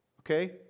okay